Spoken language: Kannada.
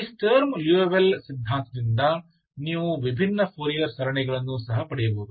ಈ ಸ್ಟರ್ಮ್ ಲಿಯೋವಿಲ್ಲೆ ಸಿದ್ಧಾಂತದಿಂದ ನೀವು ವಿಭಿನ್ನ ಫೋರಿಯರ್ ಸರಣಿಗಳನ್ನು ಸಹ ಪಡೆಯಬಹುದು